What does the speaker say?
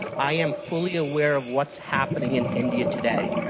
i am fully aware of what's happening in india today.